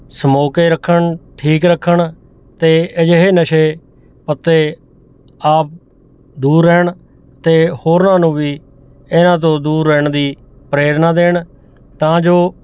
ਸਮੋਅ ਕੇ ਰੱਖਣ ਠੀਕ ਰੱਖਣ ਅਤੇ ਅਜਿਹੇ ਨਸ਼ੇ ਪੱਤੇ ਆਪ ਦੂਰ ਰਹਿਣ ਅਤੇ ਹੋਰਾਂ ਨੂੰ ਵੀ ਇਹਨਾਂ ਤੋਂ ਦੂਰ ਰਹਿਣ ਦੀ ਪ੍ਰੇਰਨਾ ਦੇਣ ਤਾਂ ਜੋ